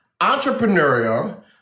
entrepreneurial